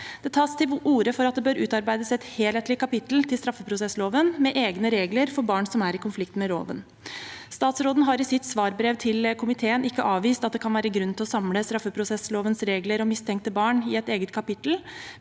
Det tas til orde for at det bør utarbeides et helhetlig kapittel til straffeprosessloven, med egne regler for barn som er i konflikt med loven. Statsråden har i sitt svarbrev til komiteen ikke avvist at det kan være grunn til å samle straffeprosesslovens regler om mis tenkte barn i et eget kapittel,